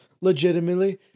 legitimately